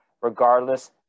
regardless